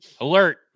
alert